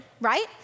right